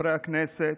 חברי הכנסת,